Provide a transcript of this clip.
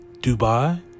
dubai